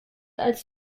als